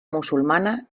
musulmana